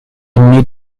need